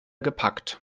gepackt